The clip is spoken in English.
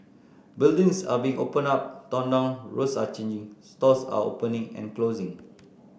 buildings are being opened up torn down roads are changing stores are opening and closing